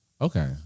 Okay